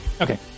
Okay